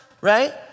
Right